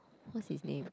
what his name